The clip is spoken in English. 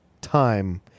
time